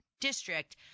district